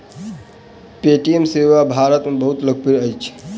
Paytm सेवा भारत में बहुत लोकप्रिय अछि